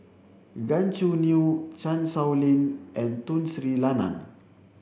Gan Choo Neo Chan Sow Lin and Tun Sri Lanang